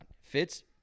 fits